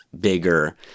bigger